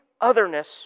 otherness